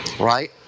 Right